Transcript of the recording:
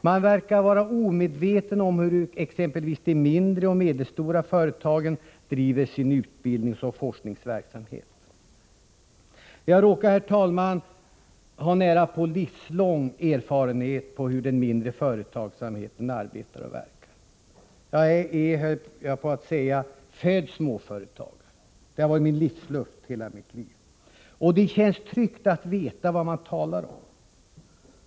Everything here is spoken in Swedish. Man verkar vara omedveten om hur exempelvis de mindre och medelstora företagen driver sin utbildningsoch forskningsverksamhet. Jag råkar, herr talman, ha närapå livslång erfarenhet av hur den mindre företagsamheten arbetar och verkar. Jag är, höll jag på att säga, född småföretagare. Småföretagandet har alltid varit min livsluft. Det känns tryggt att veta vad man talar om.